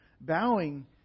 Bowing